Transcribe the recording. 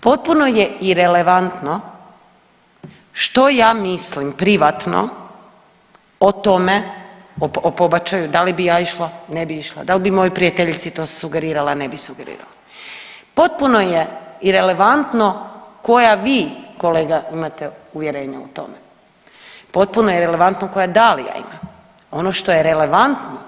Potpuno je irelevantno što ja mislim privatno o tome, o pobačaju da li bi ja išla, ne bi išla, da li bi mojoj prijateljici to sugerirala, ne bi sugerirala, potpuno je irelevantno koja vi kolega imate uvjerenja o tome, potpuno je irelevantno koja Dalija ima, ono što je relevantno